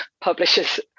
publishers